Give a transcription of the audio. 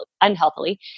unhealthily